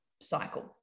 cycle